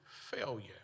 failure